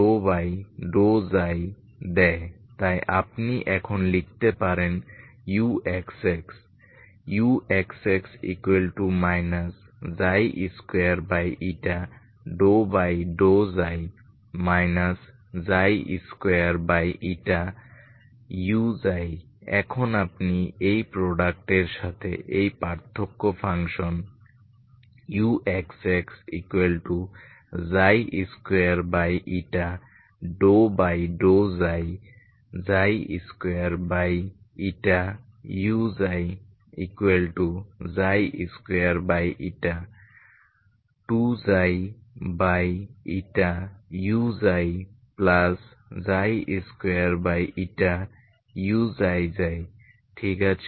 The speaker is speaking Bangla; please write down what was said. ∂x 2 দেয় তাই আপনি এখন লিখতে পারেন uxx uxx 2 2u এখন আপনি এই প্রোডাক্ট এর সাথে এই পার্থক্য ফাংশন uxx22u22u2uξξ ঠিক আছে